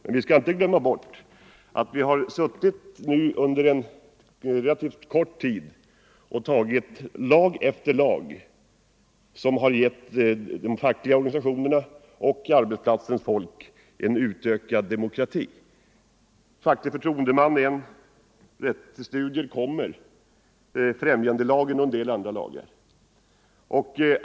Men vi skall inte glömma att vi nu under en relativt 89 kort tid har antagit lag efter lag som har gett de fackliga organisationerna och arbetsplatsernas folk en utökad demokrati. Lagen om facklig förtroendeman är en sådan lag. Rätt till studier kommer. Det gäller också förtroendemannalagen och en del andra lagar.